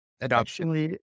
adoption